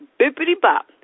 bippity-bop